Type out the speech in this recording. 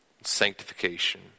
sanctification